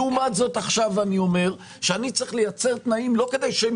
לעומת זאת עכשיו אני אומר שאני צריך לייצר תנאים לא כדי שהם